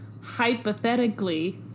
hypothetically